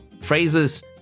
phrases